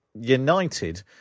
united